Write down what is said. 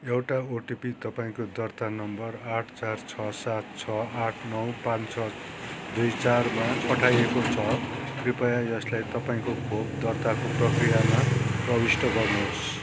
एउटा ओटिपी तपाईँको दर्ता नम्बर आठ चार छ सात छ आठ नौ पाँच छ दुई चार नौमा पठाइएको छ कृपया यसलाई तपाईँको खोप दर्ताको प्रक्रियामा प्रबिष्ट गर्नुहोस्